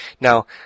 Now